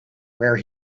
where